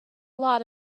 lot